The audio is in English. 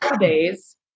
days